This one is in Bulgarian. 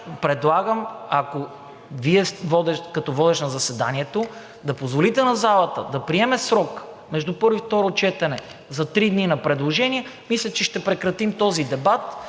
Предлагам Вие, като водещ на заседанието, да позволите на залата да приеме срок, между първо и второ четене, за три дни на предложения, мисля, че ще прекратим този дебат